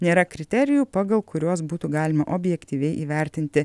nėra kriterijų pagal kuriuos būtų galima objektyviai įvertinti